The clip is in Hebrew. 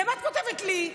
למה את כותבת לי?